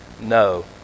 no